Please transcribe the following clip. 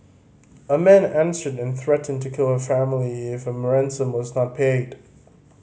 a man answered and threatened to kill her family if a was not paid